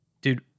dude